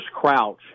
Crouch